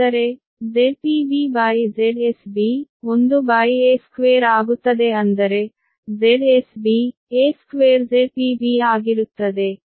ಅಂದರೆ ZpBZsB 1a2 ಆಗುತ್ತದೆ ಅಂದರೆ ZsB a2ZpB ಆಗಿರುತ್ತದೆ